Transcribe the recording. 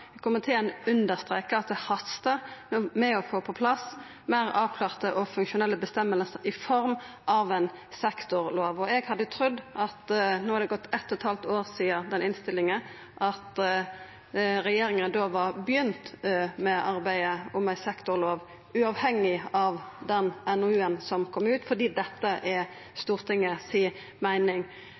plass meir avklarte og funksjonelle føresegner i form av ei sektorlov. No har det gått eitt og eit halvt år sidan innstillinga, og eg hadde trudd at regjeringa hadde begynt arbeidet med ei sektorlov, uavhengig av den NOU-en som kom ut, fordi dette er Stortinget si meining.